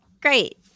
Great